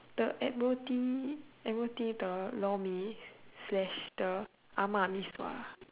the Admiralty Admiralty the Lor Mee slash the ah-Ma Mee-sua